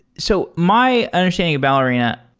so my understanding of ballerina,